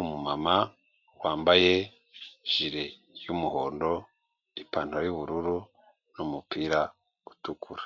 umumama wambaye ijire y'umuhondo n'ipantaro y'ubururu n'umupira utukura.